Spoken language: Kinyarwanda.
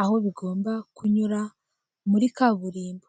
aho bigomba kunyura, muri kaburimbo.